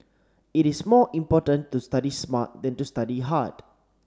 it is more important to study smart than to study hard